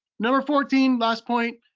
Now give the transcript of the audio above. number fourteen, last point,